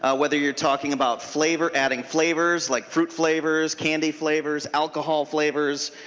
ah whether you are talking about flavor adding flavors like fruit flavors candy flavors alcohol flavors.